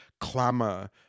clamour